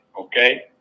okay